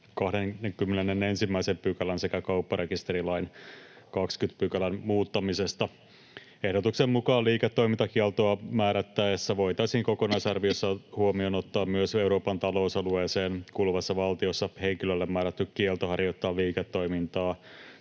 21 §:n sekä kaupparekisterilain 20 §:n muuttamisesta. Ehdotuksen mukaan liiketoimintakieltoa määrättäessä voitaisiin kokonaisarviossa huomioon ottaa myös Euroopan talousalueeseen kuuluvassa valtiossa henkilölle määrätty kielto harjoittaa liiketoimintaa